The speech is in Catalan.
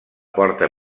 porta